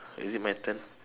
is it my turn